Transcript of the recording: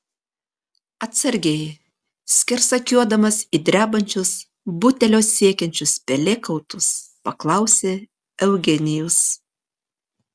atsargiai skersakiuodamas į drebančius butelio siekiančius pelėkautus paklausė eugenijus